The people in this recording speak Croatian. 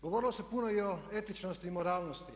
Govorilo se puno i o etičnosti i moralnosti.